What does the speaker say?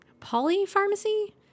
Polypharmacy